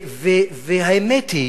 והאמת היא